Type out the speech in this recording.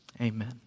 Amen